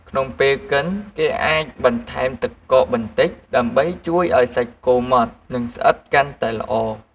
ក្នុងពេលកិន គេអាចបន្ថែមទឹកកកបន្តិច ដើម្បីជួយឱ្យសាច់គោម៉ត់ និងស្អិតកាន់តែល្អ។